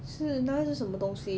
是那是什么东西